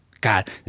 God